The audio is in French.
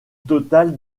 total